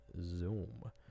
Zoom